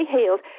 healed